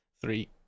Three